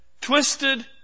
twisted